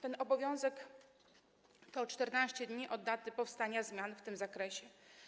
Ten obowiązek to 14 dni od daty powstania zmian w tym zakresie.